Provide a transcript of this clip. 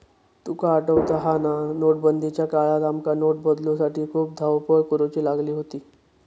तुका आठवता हा ना, नोटबंदीच्या काळात आमका नोट बदलूसाठी खूप धावपळ करुची लागली होती